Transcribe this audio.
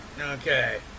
okay